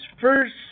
First